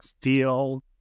feel